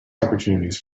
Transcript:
opportunities